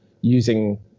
using